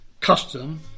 custom